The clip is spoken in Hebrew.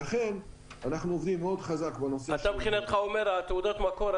לכן אנחנו עובדים מאוד חזק --- אתה אומר שתעודות מקור,